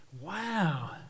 Wow